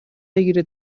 بگیره